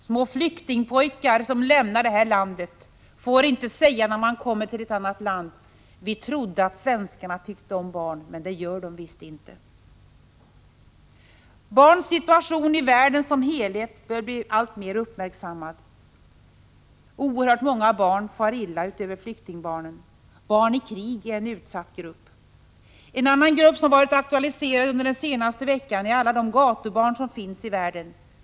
Små flyktingpojkar som lämnar det här landet får inte säga, när de kommer till ett annat land: Vi trodde att svenskarna tyckte om barn, men det gör de visst inte. Barns situation i världen som helhet bör bli alltmer uppmärksammad. Oerhört många barn far illa — utöver flyktingbarnen. Barn i krig är en utsatt grupp. En annan grupp som har varit aktualiserad under den senaste veckan är alla de gatubarn som finns i världen.